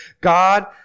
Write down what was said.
God